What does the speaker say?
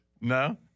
No